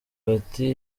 bati